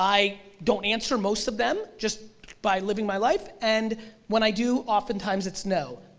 i don't answer most of them, just by living my life, and when i do, oftentimes it's no,